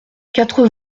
quatre